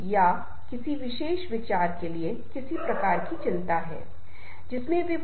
अन्योन्याश्रित के लिए प्रभावी टीम और उनके नेता वहां मौजूद हैं